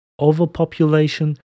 Overpopulation